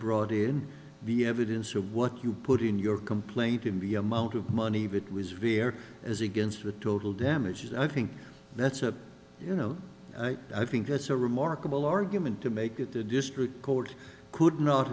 brought in be evidence of what you put in your complaint to be amount of money bit was via as against the total damages i think that's a you know i think that's a remarkable argument to make at the district court could not